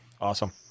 awesome